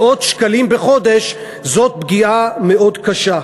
מאות שקלים בחודש זאת פגיעה מאוד קשה.